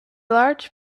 large